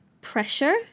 pressure